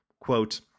Quote